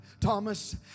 Thomas